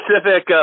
specific